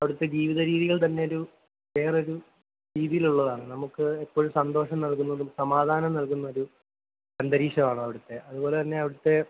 അവിടുത്തെ ജീവിതരീതികൾ തന്നൊരു വേറൊരു രീതിയിലുള്ളതാണ് നമുക്ക് എപ്പോഴും സന്തോഷം നൽകുന്നതും സമാധാനം നൽകുന്ന ഒരു അന്തരീക്ഷമാണവിടുത്തെ അതുപോലെതന്നെ അവിടുത്തെ